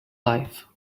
life